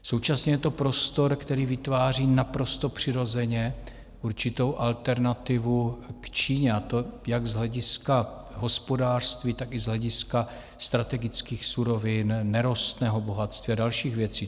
Současně je to prostor, který vytváří naprosto přirozeně určitou alternativu k Číně, a to jak z hlediska hospodářství, tak i z hlediska strategických surovin, nerostného bohatství a dalších věcí.